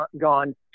gone